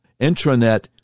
Intranet